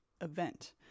event